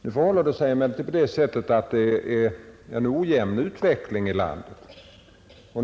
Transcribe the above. Det förhåller sig emellertid på det sättet att utvecklingen i landet är ojämn.